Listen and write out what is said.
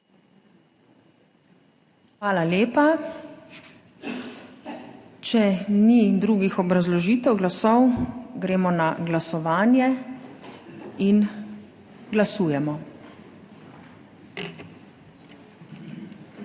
Hvala lepa. Če ni drugih obrazložitev glasu, gremo na glasovanje. Glasujemo.